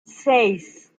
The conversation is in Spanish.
seis